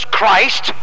Christ